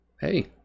Hey